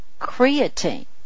creatine